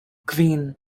kvin